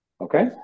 Okay